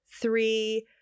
three